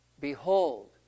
Behold